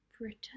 Britain